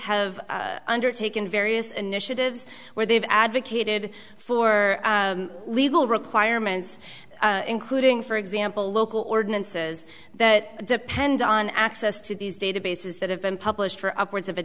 have undertaken various initiatives where they've advocated for legal requirements including for example local ordinances that depend on access to these databases that have been published for upwards of a